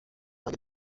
اگه